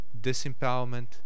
disempowerment